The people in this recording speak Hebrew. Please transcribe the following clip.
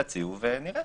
תציעו ונראה.